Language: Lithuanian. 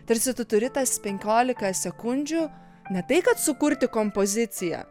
tarsi tu turi tas penkiolika sekundžių ne tai kad sukurti kompoziciją